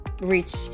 reach